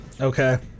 Okay